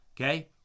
Okay